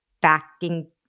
backing